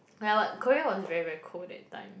ya but Korea was very very cold that time